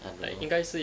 I'm like